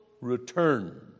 return